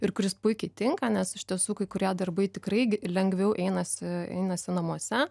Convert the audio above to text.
ir kuris puikiai tinka nes iš tiesų kai kurie darbai tikrai lengviau einasi einasi namuose